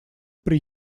при